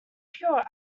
pure